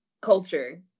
culture